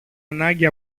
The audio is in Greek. ανάγκη